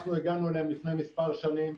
אנחנו הגענו אליהם לפני מספר שנים,